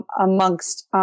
amongst